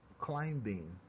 climbing